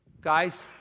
guys